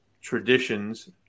traditions